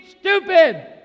stupid